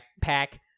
Pack